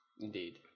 Indeed